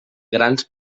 grans